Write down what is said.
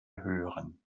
hören